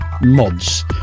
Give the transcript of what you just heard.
MODS